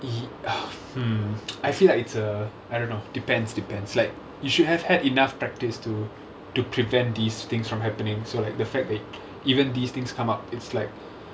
he~ hmm I feel like it's err I don't know depends depends like you should have had enough practice to to prevent these things from happening so like the fact that even these things come up it's like